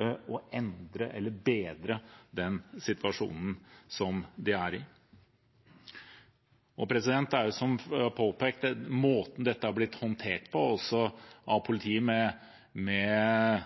å endre eller bedre den situasjonen som de er i. Det er som påpekt: Det er klart at måten dette er blitt håndtert på, også av politiet, med